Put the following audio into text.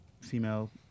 female